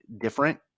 different